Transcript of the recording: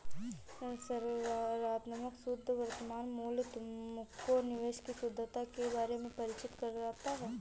सकारात्मक शुद्ध वर्तमान मूल्य तुमको निवेश की शुद्धता के बारे में परिचित कराता है